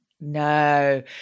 No